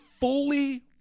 fully